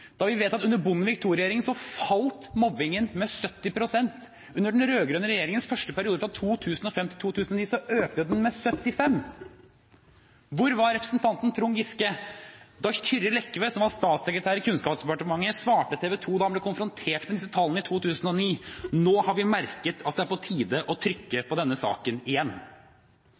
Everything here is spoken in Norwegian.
Vi vet at under Bondevik II-regjeringen falt mobbingen med 70 pst. Under den rød-grønne regjeringens første periode, fra 2005 til 2009, økte den med 75 pst. Hvor var representanten Trond Giske da Kyrre Lekve, som var statssekretær i Kunnskapsdepartementet, svarte TV2 da han ble konfrontert med disse tallene i 2009: «Nå har vi merket at det er på tide å ha trykk på saken igjen.»